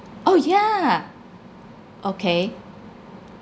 oh ya okay